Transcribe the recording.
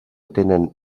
tenen